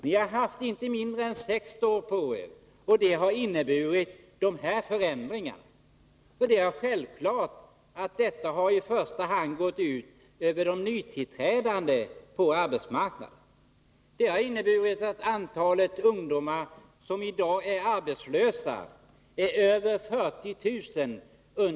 Ni har haft inte mindre än sex år på er, och det har inneburit dessa förändringar. Det är självklart att denna politik i första hand har gått ut över de nytillträdande på arbetsmarknaden. Det har inneburit att antalet ungdomar under 25 år som i dag är arbetslösa är över 40 000.